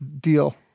Deal